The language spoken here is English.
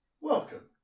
Welcome